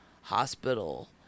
hospital